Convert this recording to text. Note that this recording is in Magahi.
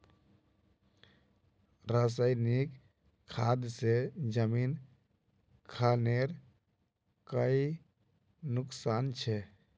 रासायनिक खाद से जमीन खानेर कोई नुकसान छे?